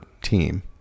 team